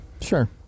Sure